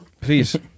Please